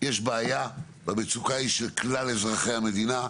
יש בעיה, והמצוקה היא של כלל אזרחי המדינה,